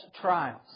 trials